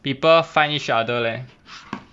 people find each other leh